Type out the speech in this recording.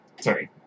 sorry